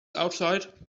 outside